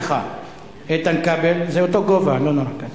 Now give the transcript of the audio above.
זה אותו גובה.